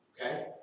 Okay